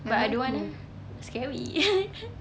but I don't want ah scary